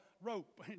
rope